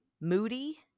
moody